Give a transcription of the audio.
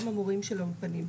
גם המורים של האולפנים.